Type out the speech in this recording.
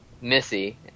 Missy